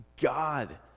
God